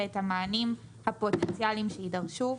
ואת המענים הפוטנציאליים שיידרשו.